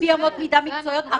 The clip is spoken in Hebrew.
לפי אמות מידה מקצועיות,